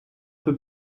peu